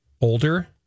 Older